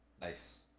Nice